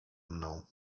mną